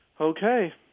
Okay